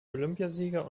olympiasieger